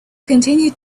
continued